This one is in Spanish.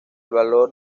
valor